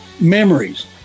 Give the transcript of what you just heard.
memories